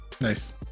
Nice